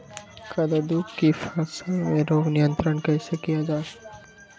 कददु की फसल में रोग नियंत्रण कैसे किया जाए?